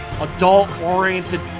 adult-oriented